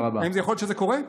האם יכול להיות שזה קורה?